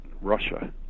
Russia